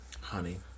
honey